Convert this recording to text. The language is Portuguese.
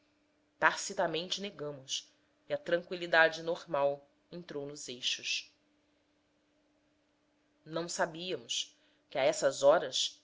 desmoralização tacitamente negamos e a tranqüilidade normal entrou nos eixos não sabíamos que a essas horas